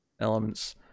elements